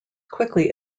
quickly